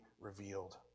revealed